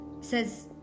says